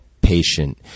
patient